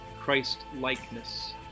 Christ-likeness